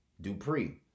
Dupree